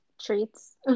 treats